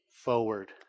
forward